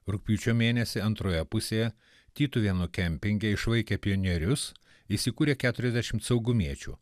rugpjūčio mėnesį antroje pusėje tytuvėnų kempinge išvaikę pionierius įsikūrė keturiasdešimt saugumiečių